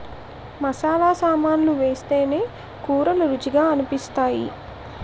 మసాలా సామాన్లు వేస్తేనే కూరలు రుచిగా అనిపిస్తాయి